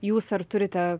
jūs ar turite